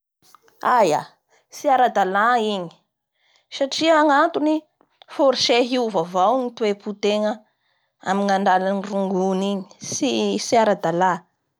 Itsy la miezaky ny olo hampitovy ny hevitsy igny miezaky ny olo hahasoasoa ny hevitsy igny ka izay ro miteraky fitara amin'ny fiegna.